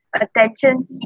attention